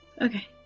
Okay